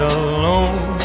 alone